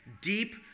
deep